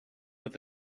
with